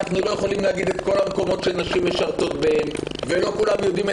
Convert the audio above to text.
אנחנו לא יכולים להגיד את כל המקומות שנשים משרתות בהם ולא כולם יודעים,